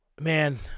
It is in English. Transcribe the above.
man